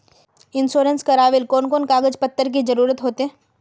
Insurance करावेल कोन कोन कागज पत्र की जरूरत होते?